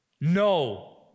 No